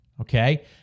okay